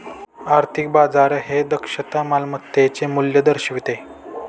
आर्थिक बाजार हे दक्षता मालमत्तेचे मूल्य दर्शवितं